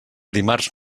dimarts